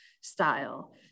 style